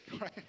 right